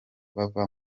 bava